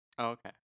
Okay